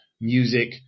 music